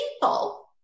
people